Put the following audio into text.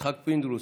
יצחק פינדרוס,